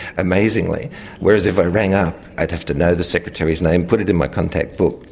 amazingly whereas, if i rang up i'd have to know the secretary's name, put it in my contact book,